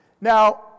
Now